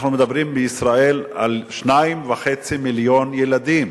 אנחנו מדברים בישראל על 2.5 מיליון ילדים,